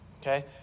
Okay